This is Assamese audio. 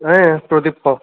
এই প্ৰদীপ ক'